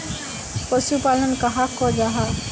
पशुपालन कहाक को जाहा?